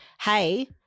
hey